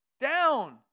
Down